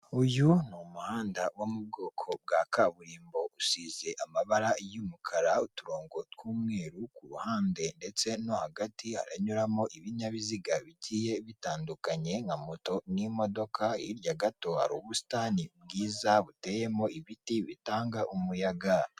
Uyu ni umuhanda wo mu bwoko bwa kaburimbo usize amabara y'umukara, uturongo tw'umweru, ku ruhande ndetse no hagati haranyuramo ibinyabiziga bigiye bitandukanye nka moto n'imodoka, hirya gato hari ubusitani bwiza buteyemo ibiti bitanga umuyaga.